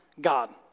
God